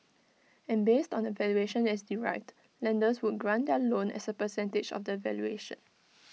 and based on the valuation that is derived lenders would grant their loan as A percentage of that valuation